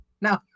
No